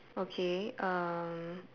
okay err